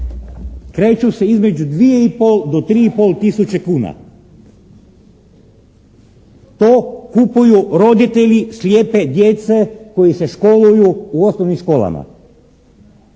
kreću se između 2,5 do 3,5 tisuće kuna. To kupuju roditelji slijepe djece koji se školuju u osnovnim školama.